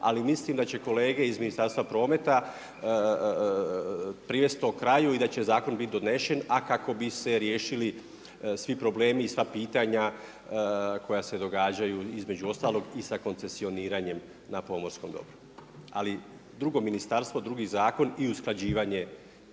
ali mislim da će kolega iz Ministarstva prometa privesti to kraju i da će zakon biti donesen, a kako bi se riješili svi problemi i sva pitanja koja se događaju između ostalog i sva koncesioniranjem na pomorskom dobru, ali drugo ministarstvo, drugi zakon i usklađivanje